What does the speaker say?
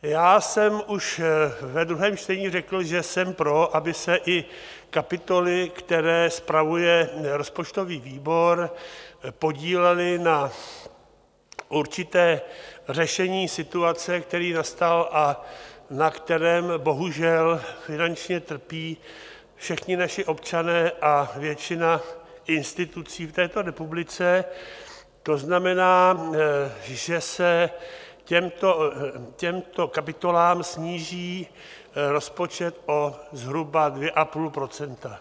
Já jsem už ve druhém čtení řekl, že jsem pro, aby se i kapitoly, které spravuje rozpočtový výbor, podílely na určitém řešení situace, která nastala a kterou bohužel finančně trpí všichni naši občané a většina institucí v této republice, to znamená, že se těmto kapitolám sníží rozpočet zhruba o 2,5 %.